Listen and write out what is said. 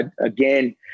again